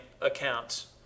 accounts